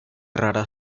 raras